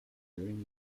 during